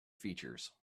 features